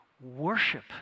worship